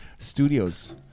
Studios